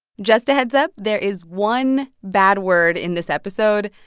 just a heads-up, there is one bad word in this episode,